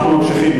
אנחנו ממשיכים.